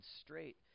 straight